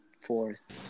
fourth